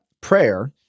prayer